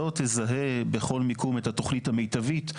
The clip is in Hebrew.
לא תזהה בכל מיקום את התוכנית המיטבית,